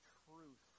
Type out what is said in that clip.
truth